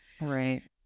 right